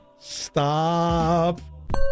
stop